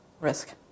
risk